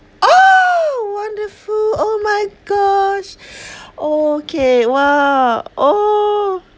oh wonderful oh my gosh oh okay !wah! oh